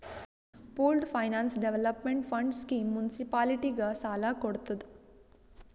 pooled finance development fund scheme ಮುನ್ಸಿಪಾಲಿಟಿಗ ಸಾಲ ಕೊಡ್ತುದ್